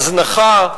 הזנחה,